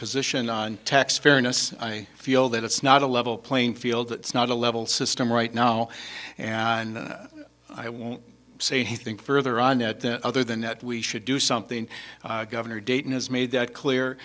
position on tax fairness i feel that it's not a level playing field it's not a level system right now and i won't say anything further on that other than that we should do something governor dayton has made that